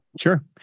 Sure